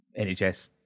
NHS